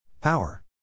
Power